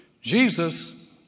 Jesus